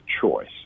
choice